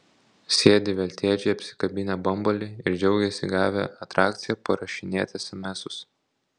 sėdi veltėdžiai apsikabinę bambalį ir džiaugiasi gavę atrakciją parašinėt esemesus